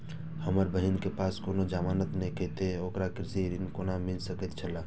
हमर बहिन के पास कोनो जमानत नेखे ते ओकरा कृषि ऋण कोना मिल सकेत छला?